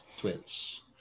Twitch